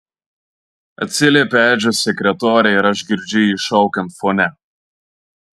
atsiliepia edžio sekretorė ir aš girdžiu jį šaukiant fone